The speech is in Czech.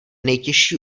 nejtěžší